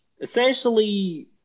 Essentially